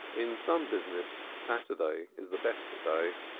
in some business, saturday is the best day.